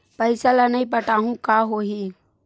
पईसा ल नई पटाहूँ का होही?